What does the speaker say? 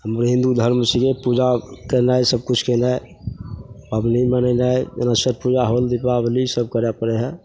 हमर हिन्दू धर्म छिए पूजा कएनाइ सबकिछु कएनाइ पबनी मनेनाइ जेना छठि पूजा होल दीपावली सब करै पड़ै हइ